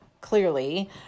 Clearly